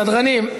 סדרנים,